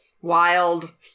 Wild